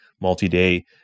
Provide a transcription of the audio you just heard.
multi-day